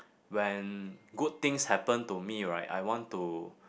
when good things happened to me right I want to